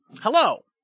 hello